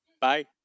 Bye